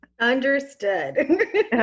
Understood